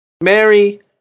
Mary